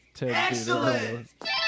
Excellent